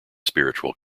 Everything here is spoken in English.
spiritual